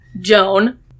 Joan